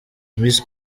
miss